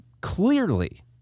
clearly